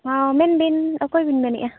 ᱦᱚᱸ ᱢᱮᱱᱵᱮᱱ ᱚᱠᱚᱭ ᱵᱮᱱ ᱢᱮᱱᱮᱫᱼᱟ